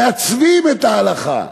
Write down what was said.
מעצבים את ההלכה.